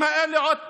עוד פעם,